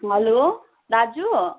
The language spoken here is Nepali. हेलो दाजु